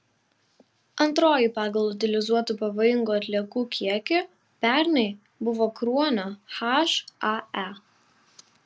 antroji pagal utilizuotų pavojingų atliekų kiekį pernai buvo kruonio hae